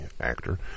actor